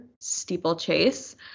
steeplechase